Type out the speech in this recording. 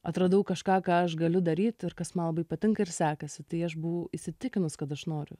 atradau kažką ką aš galiu daryt ir kas man labai patinka ir sekasi tai aš buvau įsitikinus kad aš noriu